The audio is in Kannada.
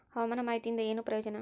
ಹವಾಮಾನ ಮಾಹಿತಿಯಿಂದ ಏನು ಪ್ರಯೋಜನ?